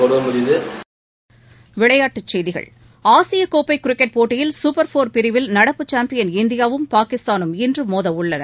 seconds விளையாட்டுச் செய்திகள் ஆசியக்கோப்பைகிரிக்கெட் போட்டியில் சூப்பர் ஃபோர் பிரிவில் நடப்பு சேம்பியன் இந்தியாவும் பாகிஸ்தானும் இன்றுமோதவுள்ளன